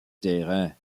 terrain